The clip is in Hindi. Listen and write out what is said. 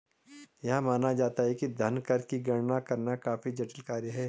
यह माना जाता है कि धन कर की गणना करना काफी जटिल कार्य है